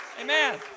Amen